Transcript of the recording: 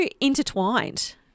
intertwined